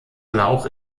lauch